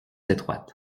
étroites